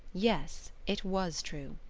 yes, it was true.